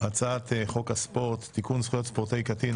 הצעת חוק הספורט (תיקון זכויות ספורטאי קטין),